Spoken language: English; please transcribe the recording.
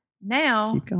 Now